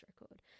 record